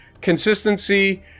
consistency